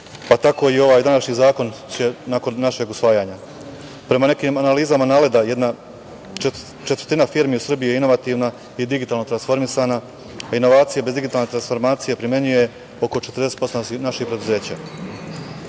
pa tako će i ovaj današnji zakon nakon našeg usvajanja. Prema nekim analizama NALED-a, jedna četvrtina firmi u Srbiji je inovativna i digitalno transformisana. Inovaciju bez digitalne transformacije primenjuje oko 40% naših preduzeća.